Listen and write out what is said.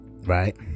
right